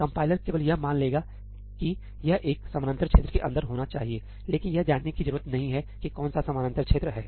compiler केवल यह मान लेगा कि यह एक समानांतर क्षेत्र के अंदर होना चाहिए लेकिन यह जानने की जरूरत नहीं है कि कौन सा समानांतर क्षेत्र है